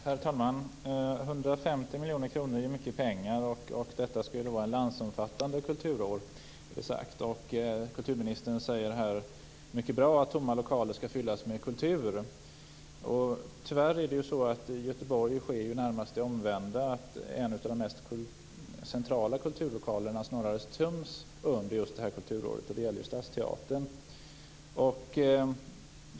Herr talman! 150 miljoner kronor är mycket pengar. Det är ju sagt att kulturåret skall vara landsomfattande. Kulturministern säger här, och det är mycket bra, att tomma lokaler skall fyllas med kultur. Tyvärr är det närmast så i Göteborg att det omvända sker. En av de mest centrala kulturlokalerna töms ju snarare under kulturåret. Det gäller då Göteborgs Stadsteater.